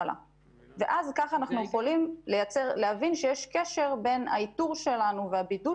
בעמודה